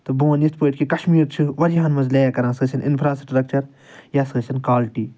تہٕ بہٕ وَنہٕ یِتھ پٲٹھۍ کہِ کشمیٖر چھِ واریَہَن مَنٛز لیک کَران سُہ ٲسِن اِنفرٛا سٕٹرکچَر یا سُہ ٲسِن کالٹی